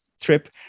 trip